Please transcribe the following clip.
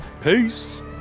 Peace